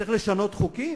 צריך לשנות חוקים?